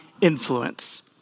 influence